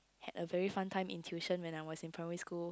had a very fun time in tuition when I was in primary school